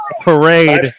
parade